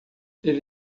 ele